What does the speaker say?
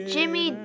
Jimmy